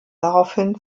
daraufhin